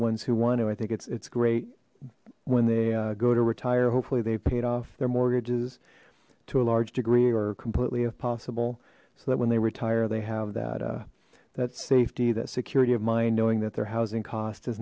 ones who want to i think it's it's great when they go to retire hopefully they paid off their mortgages to a large degree or completely if possible so that when they retire they have that uh that's safety that security of mine knowing that their housing cost